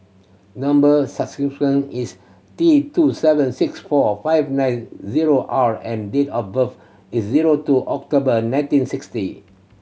number is T two seven six four five nine zero R and date of birth is zero two October nineteen sixty